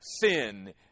sin